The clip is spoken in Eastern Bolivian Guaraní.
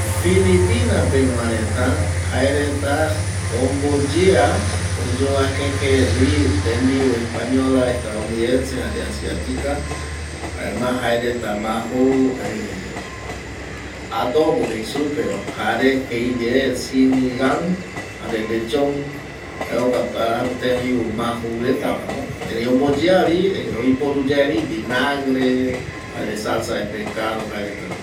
Filipina pegua reta jae reta omboyea oyovaque jeri tembiu española estado unidense jare asiática jaema jae reta ma jou adobo jei supe va jare jei ye sinigan jare lechon jae jokua tembiu ma jou reta va no erei omboyea vi oiporu yae vi vinagre jare salsa de pescado jae reta no.